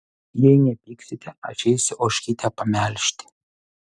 jei nepyksite aš eisiu ožkytę pamelžti